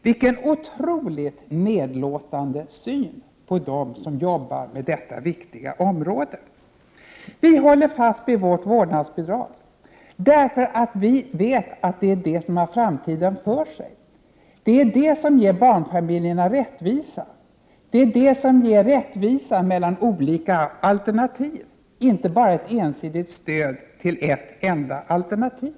Vilken otroligt nedlåtande syn på dem som arbetar på detta viktiga område! Vi håller fast vid vårt vårdnadsbidrag, för vi vet att det är det som har framtiden för sig. Det är det som ger barnfamiljerna rättvisa och som ger rättvisa mellan olika alternativ, inte bara ett ensidigt stöd till ett enda alternativ.